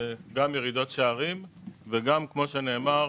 ירידות שערים וגם כמו שנאמר,